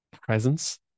presence